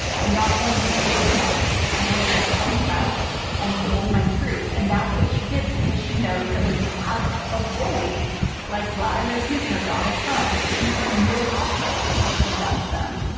you're not going to victimize me. i'm going to call you out and stand in my truth, and that's what she did, because she knows that when you have a bully like vladimir putin or donald trump, you have no option but to stand up to them.